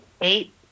eight